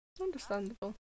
Understandable